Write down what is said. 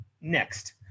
Next